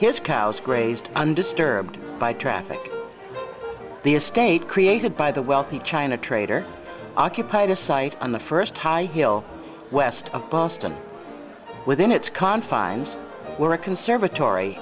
his cows grazed undisturbed by traffic the estate created by the wealthy china trader occupied a site on the first high hill west of boston within its confines were a conservatory